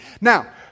Now